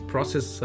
process